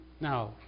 Now